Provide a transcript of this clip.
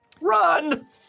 Run